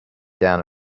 down